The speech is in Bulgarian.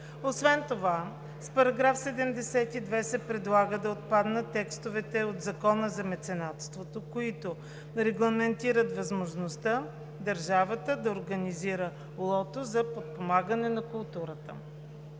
Освен това с § 72 се предлага да отпаднат текстовете от Закона за меценатството, които регламентират възможността държавата да организира лото за подпомагане на културата.